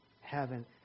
heaven